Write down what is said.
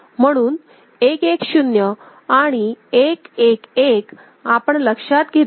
म्हणून 1 1 0 आणि 1 1 1 आपण लक्षात घेतले नाही